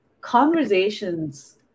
conversations